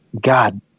God